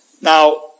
Now